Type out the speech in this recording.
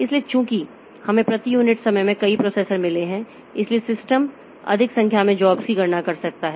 इसलिए चूंकि हमें प्रति यूनिट समय में कई प्रोसेसर मिले हैं इसलिए सिस्टम अधिक संख्या में जॉब्स की गणना कर सकता है